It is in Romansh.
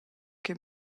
che